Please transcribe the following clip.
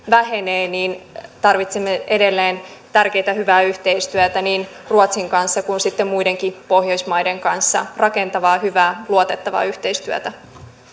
vähenee niin tarvitsemme edelleen tärkeätä hyvää yhteistyötä niin ruotsin kanssa kuin sitten muidenkin pohjoismaiden kanssa rakentavaa hyvää luotettavaa yhteistyötä